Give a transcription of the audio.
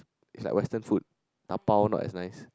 is like western food dabao not as nice